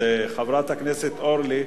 חברת הכנסת אורלי,